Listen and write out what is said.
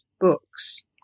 books